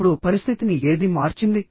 ఇప్పుడు పరిస్థితిని ఏది మార్చింది